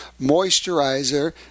moisturizer